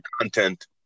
content